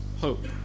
hope